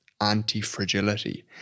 anti-fragility